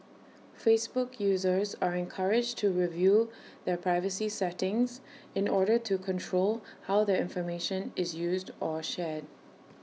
Facebook users are encouraged to review their privacy settings in order to control how their information is used or shared